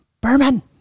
Berman